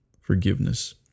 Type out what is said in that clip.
forgiveness